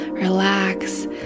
relax